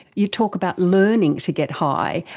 you talk about learning to get high.